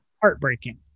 heartbreaking